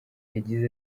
yagize